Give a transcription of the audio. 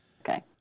Okay